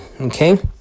okay